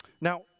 Now